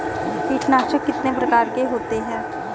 कीटनाशक कितने प्रकार के होते हैं?